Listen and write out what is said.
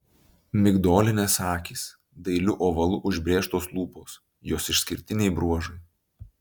migdolinės akys dailiu ovalu užbrėžtos lūpos jos išskirtiniai bruožai